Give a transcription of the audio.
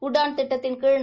உடான் திட்டத்தின்கீழ்